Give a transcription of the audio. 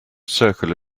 circle